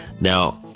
Now